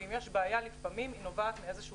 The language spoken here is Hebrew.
ואם יש בעיה אז לפעמים היא נובעת מאיזשהו